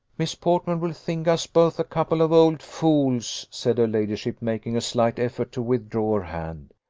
miss portman will think us both a couple of old fools, said her ladyship, making a slight effort to withdraw her hand.